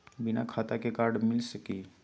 बिना खाता के कार्ड मिलता सकी?